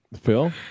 Phil